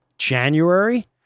january